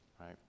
right